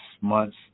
months